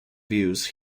views